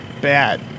bad